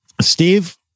Steve